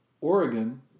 Oregon